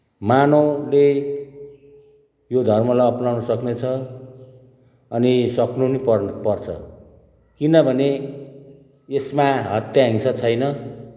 मानवले यो धर्मलाई अप्नाउन सक्नेछ अनि सक्नु नि पर्छ किनभने यसमा हत्या हिंसा छैन